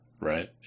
right